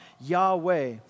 Yahweh